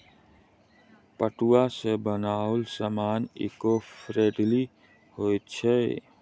पटुआ सॅ बनाओल सामान ईको फ्रेंडली होइत अछि